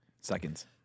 Seconds